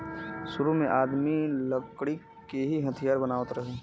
सुरु में आदमी लकड़ी के ही हथियार बनावत रहे